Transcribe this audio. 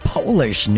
Polish